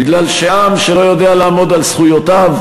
בגלל שעם שלא יודע לעמוד על זכויותיו,